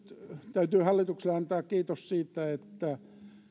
täytyy hallitukselle antaa kiitos siitä että